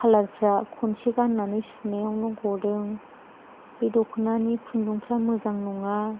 खालारफ्रा खनसे गाननानै सुनायावनो गदों बे दख'नानि खुन्दुंफ्रा मोजां नङा